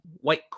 White